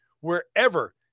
wherever